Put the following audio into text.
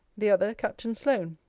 the other captain sloane.